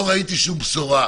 לא ראיתי שם שום בשורה,